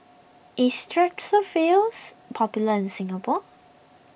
is Strepsils popular in Singapore